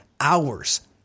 hours